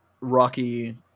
Rocky